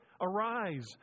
arise